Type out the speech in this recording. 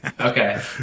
Okay